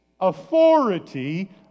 authority